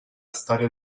storia